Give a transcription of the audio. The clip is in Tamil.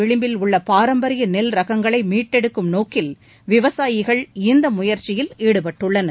விளம்பில் உள்ளபாரம்பரியநெல் ரகங்களைமீட்டெடுக்கும் நோக்கில் விவசாயிகள் அழிவின் இந்தமுயற்சியில் ஈடுபட்டுள்ளனர்